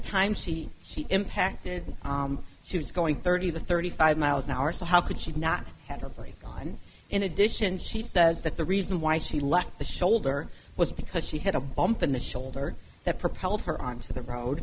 time she she impacted she was going thirty to thirty five miles an hour so how could she not have her plea on in addition she says that the reason why she left the shoulder was because she had a bump in the shoulder that propelled her arm to the road